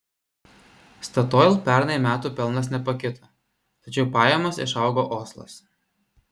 statoil pernai metų pelnas nepakito tačiau pajamos išaugo oslas